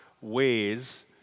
ways